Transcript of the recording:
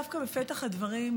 דווקא בפתח הדברים,